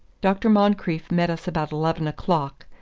dr. moncrieff met us about eleven o'clock,